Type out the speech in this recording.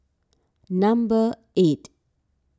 number eight